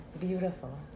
Beautiful